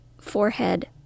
forehead